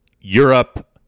Europe